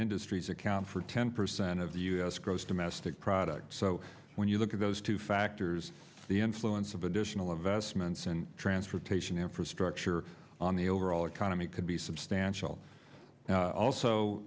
industries account for ten percent of the u s gross domestic product so when you look at those two factors the influence of additional investments and transportation infrastructure on the overall economy can be substantial and also